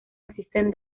existen